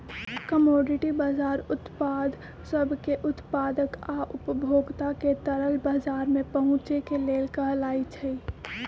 commodity बजार उत्पाद सब के उत्पादक आ उपभोक्ता के तरल बजार में पहुचे के लेल कहलाई छई